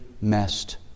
messed